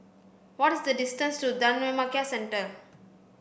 what is the distance to Dhammakaya Centre